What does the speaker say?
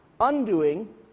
undoing